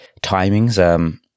timings